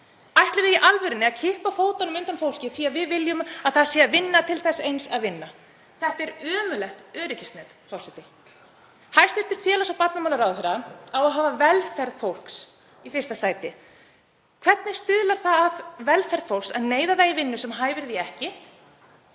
Ætlum við í alvörunni að kippa fótunum undan fólki því að við viljum að það sé að vinna til þess eins að vinna? Þetta er ömurlegt öryggisnet, forseti. Hæstv. félags- og barnamálaráðherra á að hafa velferð fólks í fyrsta sæti. Hvernig stuðlar það að velferð fólks að neyða það í vinnu sem hæfir því ekki?